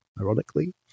ironically